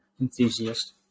enthusiast